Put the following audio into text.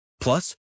Plus